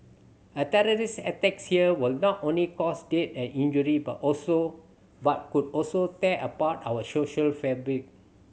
a terrorist attack here will not only cause death and injury but also but could also dare apart our social fabric